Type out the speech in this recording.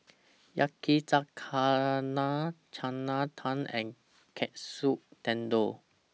Yakizakana Chana Dal and Katsu Tendon